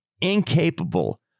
incapable